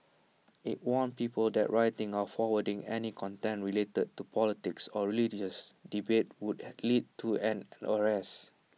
IT warned people that writing or forwarding any content related to politics or religious debates would lead to an